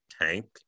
tank